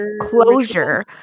closure